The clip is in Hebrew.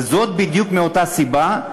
וזאת בדיוק מאותה הסיבה,